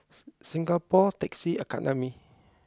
Singapore Taxi Academy